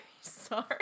sorry